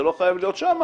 זה לא חייב להיות שמה,